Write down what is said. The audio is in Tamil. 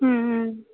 ம் ம்